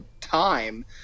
time